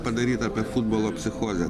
padaryti apie futbolo psichozę